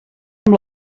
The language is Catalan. amb